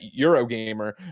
Eurogamer